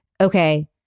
okay